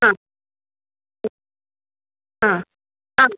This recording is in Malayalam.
ആ ആ ആ